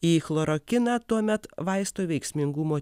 į chlorokiną tuomet vaisto veiksmingumo